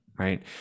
Right